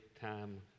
time